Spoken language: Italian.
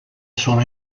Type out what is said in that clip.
sono